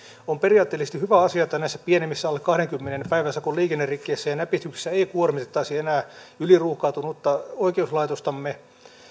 on periaatteellisesti hyvä asia että näissä pienemmissä alle kahdenkymmenen päiväsakon liikennerikkeissä ja näpistyksissä ei kuormitettaisi enää yliruuhkautunutta oikeuslaitostamme